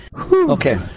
Okay